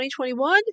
2021